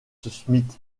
smith